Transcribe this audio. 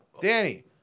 Danny